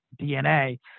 DNA